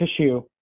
tissue